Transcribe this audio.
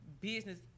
business